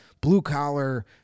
blue-collar